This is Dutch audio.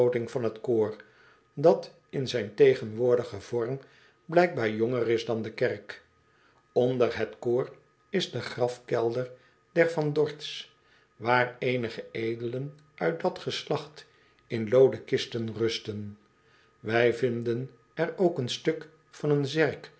van het koor dat in zijn tegenwoordigen vorm blijkbaar jonger is dan de kerk onder het koor is de grafkelder der v a n d o r t h s waar eenige edelen uit dat geslacht in looden kisten rusten wij vinden er ook een stuk van een zerk